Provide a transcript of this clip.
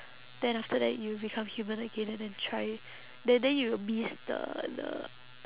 then after that you become human again and then try then then you will miss the the